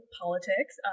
politics